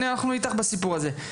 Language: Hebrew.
אנחנו איתך בסיפור הזה.